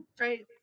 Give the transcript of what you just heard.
Right